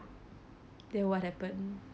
then what happened